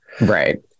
right